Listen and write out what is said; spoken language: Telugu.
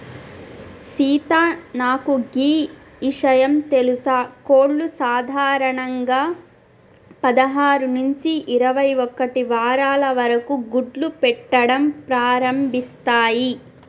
సీత నాకు గీ ఇషయం తెలుసా కోళ్లు సాధారణంగా పదహారు నుంచి ఇరవై ఒక్కటి వారాల వరకు గుడ్లు పెట్టడం ప్రారంభిస్తాయి